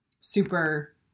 super